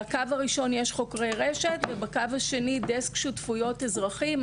בקו הראשון יש חוקרי רשת ובקו השני דסק שותפויות אזרחים,